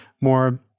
more